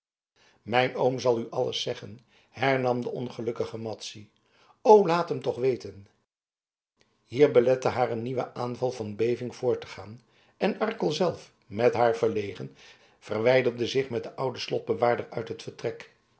mijn oom zal u alles zeggen hernam de ongelukkige madzy o laat hem toch weten hier belette haar een nieuwe aanval van beving voort te gaan en arkel zelf met haar verlegen verwijderde zich met den ouden slotbewaarder uit het vertrek